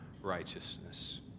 righteousness